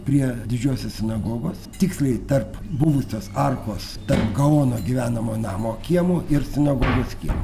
prie didžiosios sinagogos tiksliai tarp buvusios arkos tarp gaono gyvenamo namo kiemo ir sinagogos kiemo